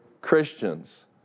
Christians